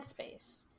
headspace